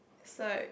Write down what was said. it's like